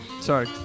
Sorry